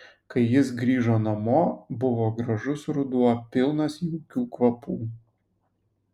kai jis grįžo namo buvo gražus ruduo pilnas jaukių kvapų